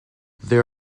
there